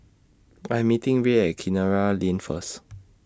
I Am meeting Rae At Kinara Lane First